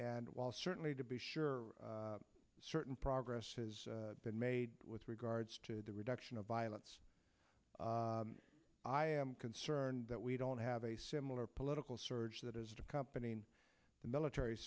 and while certainly to be sure certain progress has been made with regards to the reduction of violence i am concerned that we don't have a similar political surge that is accompanying the military